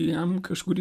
jam kažkuri